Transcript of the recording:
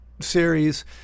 series